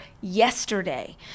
yesterday